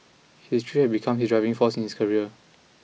his grief had become his driving force in his career